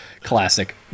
Classic